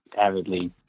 avidly